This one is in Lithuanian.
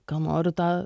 ką noriu tą